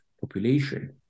population